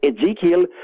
Ezekiel